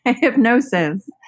hypnosis